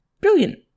Brilliant